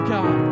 God